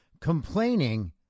complaining